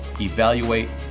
evaluate